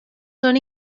son